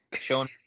showing